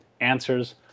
answers